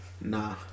Nah